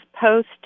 post